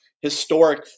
historic